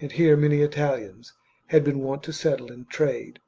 and here many italians had been wont to settle and trade.